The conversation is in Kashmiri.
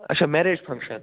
آچھا میریج فنٛکشن